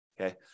okay